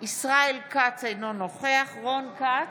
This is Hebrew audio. וכשילד בגיל כזה נכנס לבידוד,